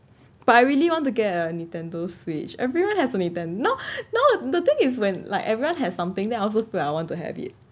but I really want to get a Nintendo switch everyone has ninten~ now thing is when like everyone has something then I also I want to have it